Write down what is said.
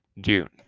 June